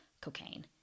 cocaine